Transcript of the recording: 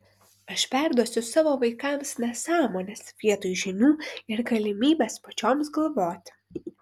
aš perduosiu savo vaikams nesąmones vietoj žinių ir galimybės pačioms galvoti